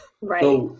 Right